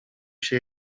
się